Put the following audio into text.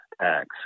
tax